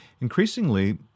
Increasingly